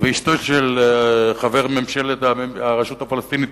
ואשתו של חבר ממשלת הרשות הפלסטינית